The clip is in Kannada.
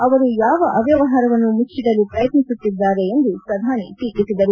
ಅವರು ಯಾವ ಅವ್ಯವಹಾರವನ್ನು ಮುಚ್ಚಡಲು ಪ್ರಯತ್ನಿಸುತ್ತಿದ್ದಾರೆ ಎಂದು ಪ್ರಧಾನಿ ಟೀಕಿಸಿದರು